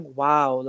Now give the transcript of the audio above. wow